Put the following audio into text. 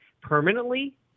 permanently